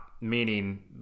Meaning